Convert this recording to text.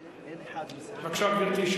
בבקשה, גברתי.